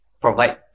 provide